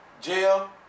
jail